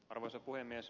arvoisa puhemies